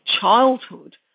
childhood